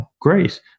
great